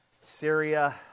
Syria